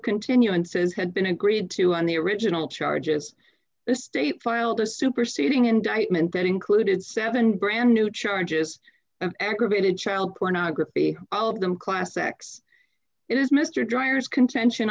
continuances had been agreed to on the original charges the state filed a superseding indictment that included seven brand new charges of aggravated child pornography all of them class x it is mr driers contention